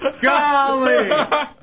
golly